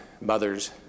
mother's